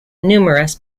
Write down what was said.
numerous